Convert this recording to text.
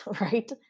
right